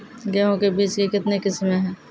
गेहूँ के बीज के कितने किसमें है?